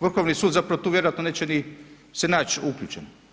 Vrhovni sud zapravo tu vjerojatno neće ni se naći uključen.